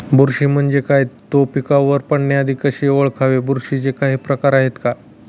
बुरशी म्हणजे काय? तो पिकावर पडण्याआधी कसे ओळखावे? बुरशीचे काही प्रकार आहेत का?